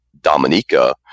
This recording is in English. Dominica